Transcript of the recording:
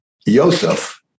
Yosef